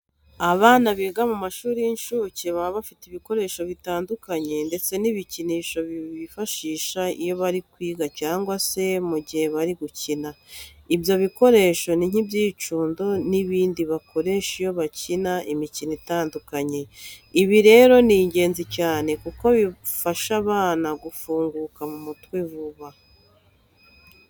Abana biga mu mashuri y'incuke baba bafite ibikoresho bitandukanye ndetse n'ibikinisho bifashisha iyo bari kwiga cyangwa se mu gihe bari gukina. Ibyo bikoresho ni nk'ibyicundo n'ibindi bakoresha iyo bakina imikino itandukanye. Ibi rero ni ingenzi cyane kuko bifasha abana gufunguka mu mutwe vuba.